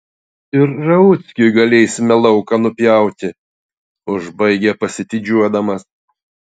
ir rauckiui galėsime lauką nupjauti užbaigia pasididžiuodamas